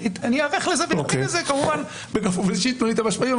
אני איערך לזה כמובן בכפוף לזה שיתנו לי את המשאבים,